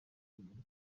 humble